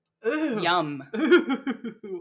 Yum